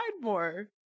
more